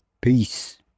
peace